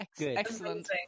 Excellent